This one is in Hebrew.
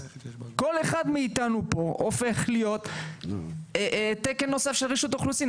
כל אחד מאיתנו פה הופך להיות תקן נוסף של רשות האוכלוסין.